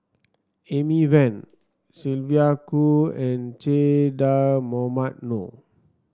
Amy Van Sylvia Kho and Che Dah Mohamed Noor